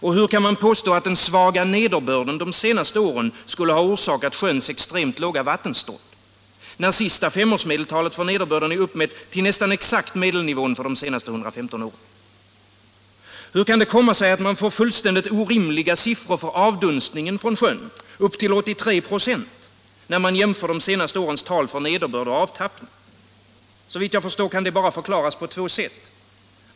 Och hur kan man påstå att den svaga nederbörden de senaste åren skulle ha orsakat sjöns extremt låga vattenstånd när det senaste femårsmedeltalet för nederbörden är uppmätt till nästan exakt medelnivån för de senaste 115 åren? Hur kan det komma sig att man får fullständigt orimliga siffror för avdunstningen från sjön — upp till 83 96 — när man jämför de senaste årens tal för nederbörd och avtappning? Detta kan förklaras bara på två sätt.